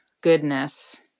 goodness